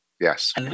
Yes